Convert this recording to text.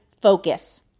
focus